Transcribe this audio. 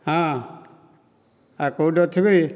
ହଁ କେଉଁଠି ଅଛୁ କି